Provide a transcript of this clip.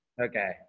Okay